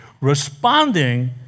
responding